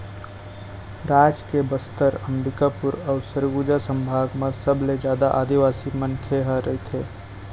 राज के बस्तर, अंबिकापुर अउ सरगुजा संभाग म सबले जादा आदिवासी मनखे ह रहिथे